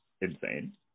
insane